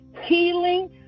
healing